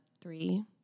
three